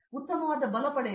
ಶಂಕರನ್ ಉತ್ತಮ ಬಲ ಪಡೆಯಿರಿ